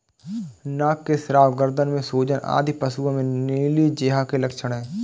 नाक से स्राव, गर्दन में सूजन आदि पशुओं में नीली जिह्वा के लक्षण हैं